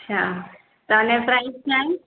अच्छा तव्हांजा प्राइस छा आहिन